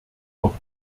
noch